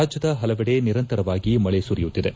ರಾಜ್ಯದ ಹಲವೆಡೆ ನಿರಂತರವಾಗಿ ಮಳೆ ಸುರಿಯುತ್ತಿದೆ